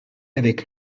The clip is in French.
avec